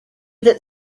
that